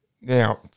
Now